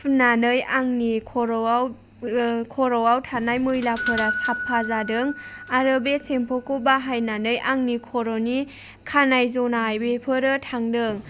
फुननानै आंनि खर'आव खर'आव थानाय मैलाफोरा साफा जादों आरो बे सेम्पुखौ बाहायनानै आंनि खर'नि खानाय जनाय बेफोरो थांदों